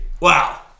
Wow